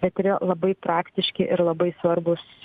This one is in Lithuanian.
bet yra labai praktiški ir labai svarbūs